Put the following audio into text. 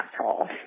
asshole